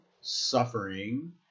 suffering